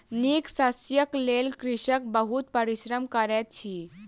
नीक शस्यक लेल कृषक बहुत परिश्रम करैत अछि